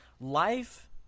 life